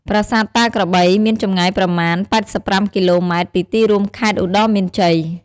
ប្រាសាទតាក្របី មានចម្ងាយប្រមាណ ៨៥គីឡូម៉ែត្រពីទីរួមខេត្តឧត្តរមានជ័យ។